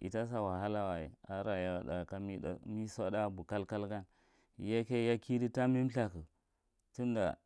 Ita sa wahala a ka rarewa tha kaniso abu kalkal gan ya key a kidi tarbi thurku tinda